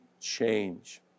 change